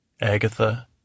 Agatha